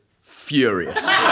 furious